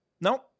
nope